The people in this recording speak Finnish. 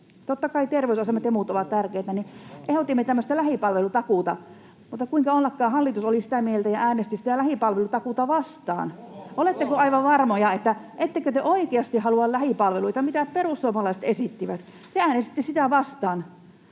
Totta kai terveysasemat ja muut ovat tärkeitä, joten ehdotimme tämmöistä lähipalvelutakuuta, mutta kuinka ollakaan hallitus oli sitä mieltä, että äänesti sitä lähipalvelutakuuta vastaan. [Perussuomalaisten ryhmästä: Ohhoh!] Oletteko aivan varmoja, että ettekö te oikeasti halua lähipalveluita, mitä perussuomalaiset esittivät? Te äänestitte sitä vastaan.